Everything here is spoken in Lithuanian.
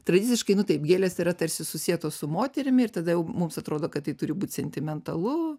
tradiciškai nu taip gėlės yra tarsi susietos su moterimi ir tada mums atrodo kad tai turi būti sentimentalu